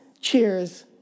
cheers